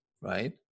right